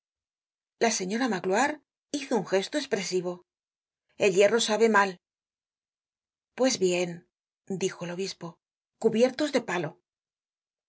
la señora magloire hizo un gesto espresivo el hierro sabe mal pues bien dijo el obispo cubiertos de palo